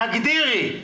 תגדירי.